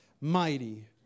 Mighty